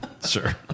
Sure